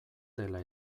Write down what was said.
dela